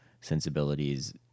sensibilities